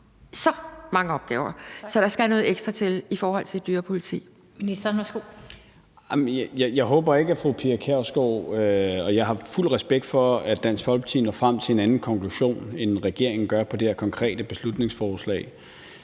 Ministeren. Kl. 17:53 Justitsministeren (Peter Hummelgaard): Jeg håber ikke, at fru Pia Kjærsgaard – og jeg har fuld respekt for, at Dansk Folkeparti når frem til en anden konklusion, end regeringen gør, på det her konkrete beslutningsforslag